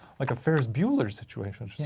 like a ferris bueller situation.